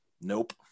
Nope